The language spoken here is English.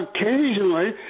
occasionally